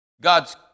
God's